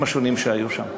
שהיו שם.